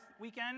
weekend